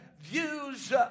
views